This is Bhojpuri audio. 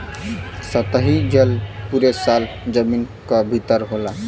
सतही जल पुरे साल जमीन क भितर होला